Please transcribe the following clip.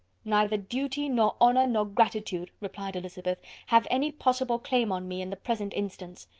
neither duty, nor honour, nor gratitude, replied elizabeth, have any possible claim on me, in the present instance.